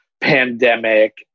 pandemic